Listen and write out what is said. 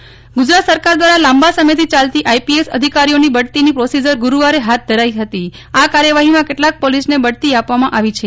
S અધિકારીઓની બઢતી ગુજરાત સરકાર દ્વારા લાંબા સમયથી ચાલતી આઈપીએસ અધિકારીઓની બઢતી ની પ્રોસિઝર ગુરૂવારે ફાથ ધરાઇ છે આ કાર્યવાફીમાં કેટલાક પોલીસ ને બઢતી આપવામાં આવી છે